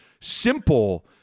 simple